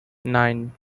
nine